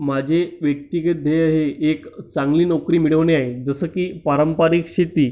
माझे व्यक्तिगत ध्येय हे एक चांगली नोकरी मिळवणे आहे जसं की पारंपरिक शेती